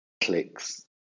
clicks